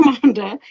commander